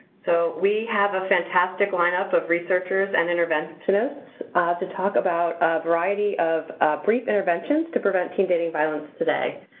so, we have a fantastic lineup of researchers and interventionists to talk about a variety of brief interventions to prevent teen dating violence today.